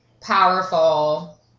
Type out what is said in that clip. powerful